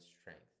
strength